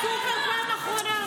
הלכת לסופר פעם אחרונה?